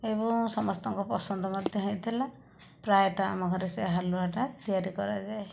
ଏବଂ ସମସ୍ତଙ୍କ ପସନ୍ଦ ମଧ୍ୟ ହୋଇଥିଲା ପ୍ରାୟତଃ ଆମ ଘରେ ସେ ହାଲୁଆଟା ତିଆରି କରାଯାଏ